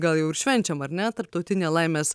gal jau ir švenčiam ar ne tarptautinę laimės